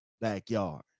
backyard